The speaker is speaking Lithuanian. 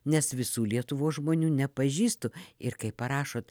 nes visų lietuvos žmonių nepažįstu ir kai parašot